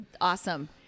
awesome